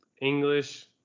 English